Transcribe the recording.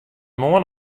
moarn